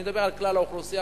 ואני מדבר על כלל האוכלוסייה,